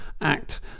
act